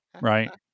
right